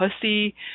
pussy